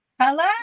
Hello